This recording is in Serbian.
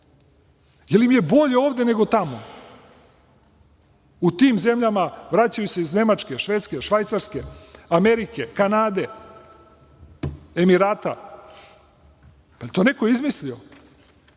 jer im je bolje ovde nego tamo, u tim zemljama. Vraćaju se iz Nemačke, Švedske, Švajcarske, Amerike, Kanade, Emirata. Da li je to neko izmislio?